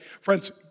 Friends